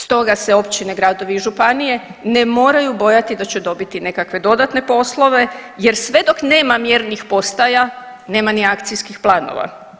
Stoga se općine, gradovi i županije ne moraju bojati da će dobit nekakve dodatne poslove jer sve dok nema mjernih postaja, nema ni akcijskih planova.